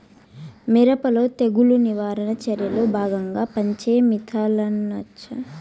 మిరప లో తెగులు నివారణ చర్యల్లో భాగంగా పెంచే మిథలానచ ఎంతవరకు పనికొస్తుంది?